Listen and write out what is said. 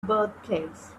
birthplace